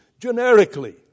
generically